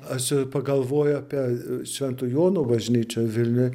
aš čia pagalvoju apie švento jono bažnyčią vilniuje